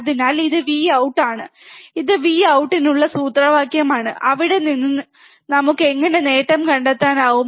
അതിനാൽ ഇത് Vout ആണ് ഇത് Vout നുള്ള സൂത്രവാക്യമാണ് അവിടെ നിന്ന് നമുക്ക് എങ്ങനെ നേട്ടം കണ്ടെത്താനാകും